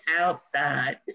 outside